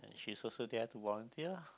she's also there to volunteer